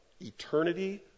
eternity